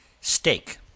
steak